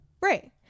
Right